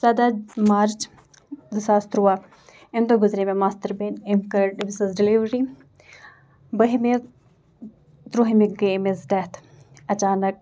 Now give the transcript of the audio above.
ژۄداہ مارچ زٕ ساس تُرٛواہ أمۍ دۄہ گُزرے مےٚ ماستٕر بیٚنہِ أمۍ کٔڑ أمِس ٲسۍ ڈِلِوری بٔہِمہِ تُرٛوہایمہِ گٔے أمِس ڈٮ۪تھ اچانک